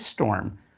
storm